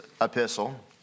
epistle